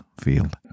field